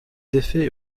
défait